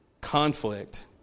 conflict